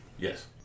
Yes